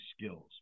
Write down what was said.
skills